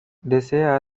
desea